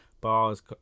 Bars